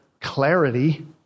clarity